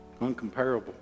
uncomparable